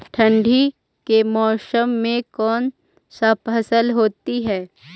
ठंडी के मौसम में कौन सा फसल होती है?